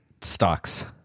stocks